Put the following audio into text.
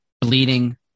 bleeding